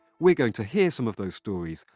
we're going to hear some of those stories,